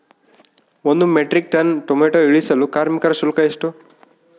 ಒಂದು metric ton tomato ಇಳಿಸಲು ಕಾರ್ಮಿಕರ ಶುಲ್ಕ ಎಷ್ಟು?